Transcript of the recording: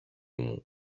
μου